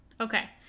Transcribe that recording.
Okay